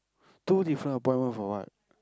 two different appointment for what